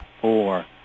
four